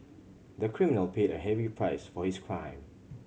the criminal paid a heavy price for his crime